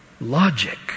logic